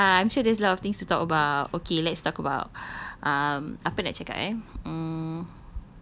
okay lah I'm sure there's a lot of things to talk about okay let's talk about um apa nak cakap eh mm